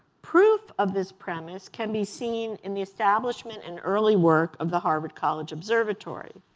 proof of this premise can be seen in the establishment and early work of the harvard college observatory.